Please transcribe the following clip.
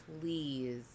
Please